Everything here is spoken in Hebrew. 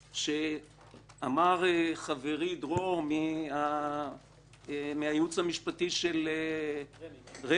שאמר חברי דרור מהייעוץ המשפטי של רמ"י,